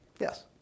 Yes